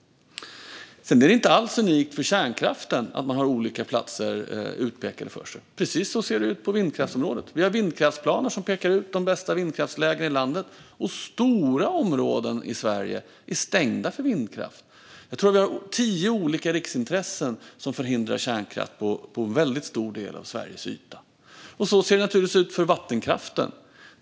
Det är inte alls unikt för kärnkraften att man har olika platser utpekade för sig. Precis så ser det ut på vindkraftsområdet. Vi har vindkraftsplaner som pekar ut de bästa vindkraftslägena i landet, och stora områden i Sverige är stängda för vindkraft. Jag tror att vi har tio olika riksintressen som förhindrar vindkraft på en väldigt stor del av Sveriges yta. Så ser det naturligtvis ut också för vattenkraften.